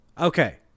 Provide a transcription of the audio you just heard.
Okay